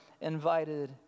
invited